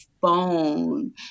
phone